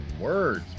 words